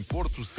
Porto